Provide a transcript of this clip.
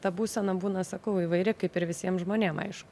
ta būsena būna sakau įvairi kaip ir visiem žmonėm aišku